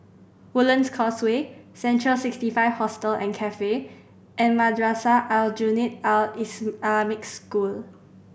Woodlands Causeway Central Sixty Five Hostel and Cafe and Madrasah Aljunied Al Islamic School